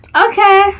Okay